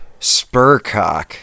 Spurcock